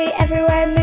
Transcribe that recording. everywhere